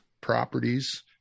properties